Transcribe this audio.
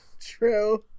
True